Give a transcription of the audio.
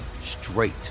straight